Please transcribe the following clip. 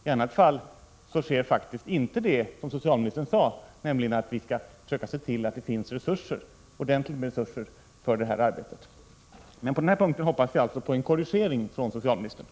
I annat fall sker faktiskt inte det som socialministern sade, nämligen att vi skall försöka se till att det finns ordentliga resurser för det här arbetet. På den här punkten hoppas jag alltså Prot. 1986/87:82